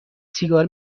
سیگار